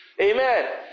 Amen